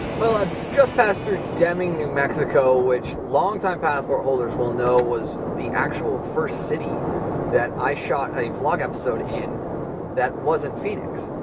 i just passed through deming, new mexico, which long-time passport holders will know was the actual first city that i shot a vlog episode in that wasn't phoenix.